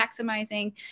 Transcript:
maximizing